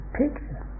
picture